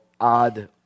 odd